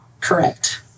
correct